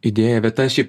idėja bet aš šiaip